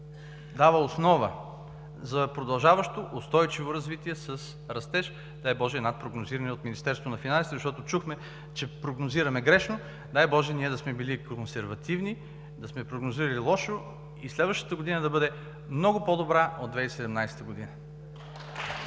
дава основа за продължаващо устойчиво развитие с растеж, дай боже, над прогнозирания от Министерството на финансите, защото чухме, че прогнозираме грешно. Дай боже, ние да сме били консервативни, да сме прогнозирали лошо и следващата година да бъде много по-добра от 2017 г.!